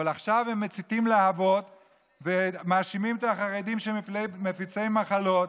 אבל עכשיו הם מציתים להבות ומאשימים את החרדים שהם מפיצי מחלות,